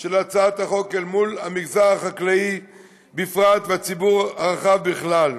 של הצעת החוק אל מול המגזר החקלאי בפרט והציבור הרחב בכלל,